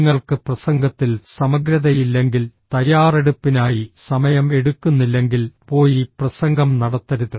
നിങ്ങൾക്ക് പ്രസംഗത്തിൽ സമഗ്രതയില്ലെങ്കിൽ തയ്യാറെടുപ്പിനായി സമയം എടുക്കുന്നില്ലെങ്കിൽ പോയി പ്രസംഗം നടത്തരുത്